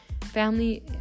family